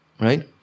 right